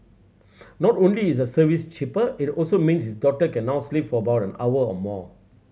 not only is the service cheaper it also means his daughter can now sleep for about an hour more